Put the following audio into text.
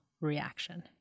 reaction